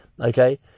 Okay